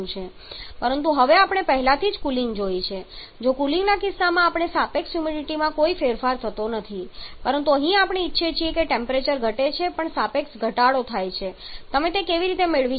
પરંતુ હવે આપણે પહેલાથી જ કુલિંગ જોઈ છે જો કુલિંગના કિસ્સામાં અહીં સાપેક્ષ હ્યુમિડિટીમાં કોઈ ફેરફાર થતો નથી પરંતુ અહીં આપણે ઈચ્છીએ છીએ કે ટેમ્પરેચર ઘટે પણ સાપેક્ષ ઘટાડો પણ થાય તમે તે કેવી રીતે મેળવી શકો